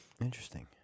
Interesting